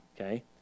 Okay